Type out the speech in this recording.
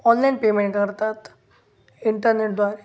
online payment करतात इंटरनेटद्वारे